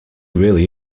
really